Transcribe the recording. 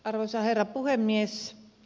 arvoisa herra puhemies